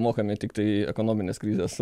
mokami tiktai ekonominės krizės